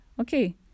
Okay